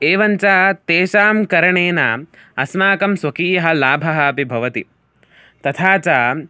एवं च तेषां करणेन अस्माकं स्वकीयः लाभः अपि भवति तथा च